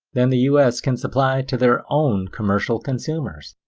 than the us can supply it to their own commercial consumers.